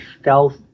stealth